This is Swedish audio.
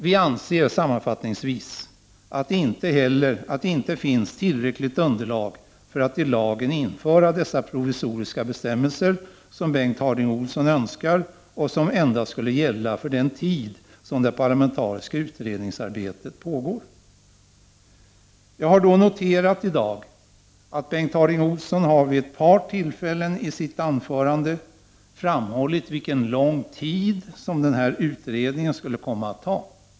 Vi anser sammanfattningsvis att det inte finns tillräckligt underlag för att i lagen införa dessa provisoriska bestämmelser som Bengt Harding Olson önskar och som endast skulle gälla för den tid som det parlamentariska utredningsarbetet pågår. Jag har i dag noterat att Bengt Harding Olson vid ett par tillfällen i sitt anförande framhöll att den här utredningen skulle komma att ta lång tid.